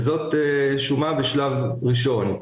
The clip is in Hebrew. שזה השלב הראשון.